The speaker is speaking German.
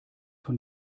von